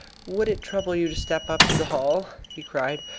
would it trouble you to step up to the hall? he cried.